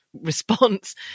response